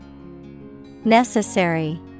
Necessary